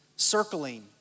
circling